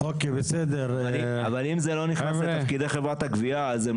עולה כסף שצריך להביא אותו בחזרה מהאזרח האומלל.